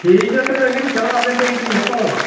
ᱴᱷᱤᱠ ᱜᱮᱭᱟ ᱛᱟᱦᱚᱞᱮ ᱟᱹᱞᱤᱧ ᱪᱟᱞᱟᱜᱼᱟ ᱟᱵᱮᱱ ᱴᱷᱮᱞᱤᱧ ᱢᱤᱫᱼᱫᱤᱱᱞᱤᱧ ᱧᱟᱯᱟᱢᱟ ᱦᱟᱸᱜ